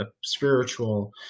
spiritual